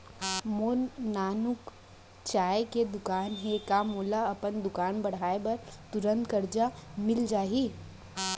मोर नानकुन चाय के दुकान हे का मोला अपन दुकान बढ़ाये बर तुरंत करजा मिलिस जाही?